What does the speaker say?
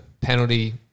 penalty